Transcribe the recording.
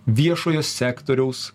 viešojo sektoriaus